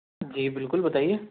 جی بالکل بتائیے